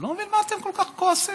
אני לא מבין מה אתם כל כך כועסים,